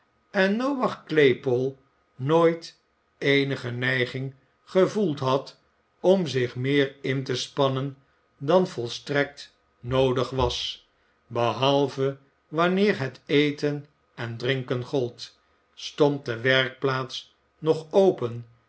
en noach claypole nooit eenige neiging gevoeld had om zich meer in te spannen dan volstrekt noodig was behalve wanneer jiet eten en drinken gold stond de werkplaats nog open